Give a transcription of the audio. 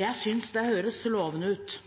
Jeg synes det høres lovende ut.